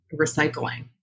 recycling